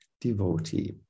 devotee